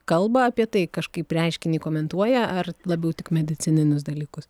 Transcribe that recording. kalba apie tai kažkaip reiškinį komentuoja ar labiau tik medicininius dalykus